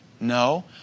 No